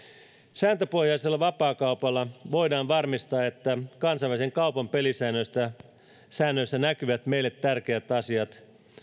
sääntöpohjaisella vapaakaupalla voidaan varmistaa että kansainvälisen kaupan pelisäännöissä pelisäännöissä näkyvät meille tärkeät asiat